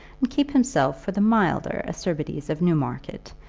and keep himself for the milder acerbities of newmarket,